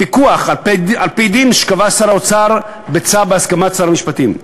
פיקוח על-פי דין שקבע שר האוצר בצו בהסכמת שר המשפטים,